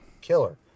Killer